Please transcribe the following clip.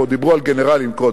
ודיברו פה קודם